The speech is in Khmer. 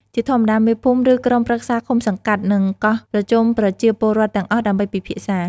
ជាធម្មតា មេភូមិ ឬក្រុមប្រឹក្សាឃុំសង្កាត់ នឹងកោះប្រជុំប្រជាពលរដ្ឋទាំងអស់ដើម្បីពិភាក្សា។